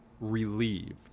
relieved